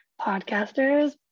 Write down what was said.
podcasters